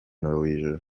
norwegia